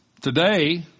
today